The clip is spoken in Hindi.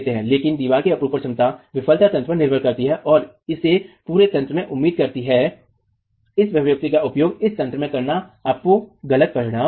लेकिन दीवार की अपरूपण क्षमता विफलता तंत्र पर निर्भर करती है और इसे पूरे तंत्र में उपयोग करती है इस अभिव्यक्ति का उपयोग इस तंत्र में करना आपको गलत परिणाम देगा